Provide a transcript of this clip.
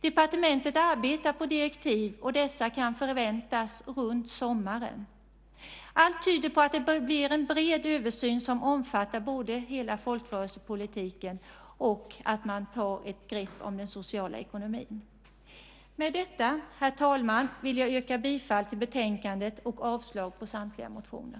Departementet arbetar på direktiv, och dessa kan förväntas runt sommaren. Allt tyder på att det blir en bred översyn som omfattar både hela folkrörelsepolitiken och att man tar ett grepp om den sociala ekonomin. Med detta, herr talman, vill jag yrka bifall till förslaget i betänkandet och avslag på samtliga motioner.